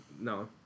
No